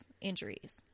injuries